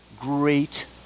great